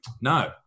No